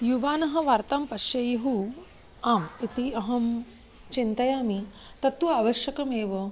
युवानः वार्तां पश्येयुः आम् इति अहं चिन्तयामि तत्तु आवश्यकमेव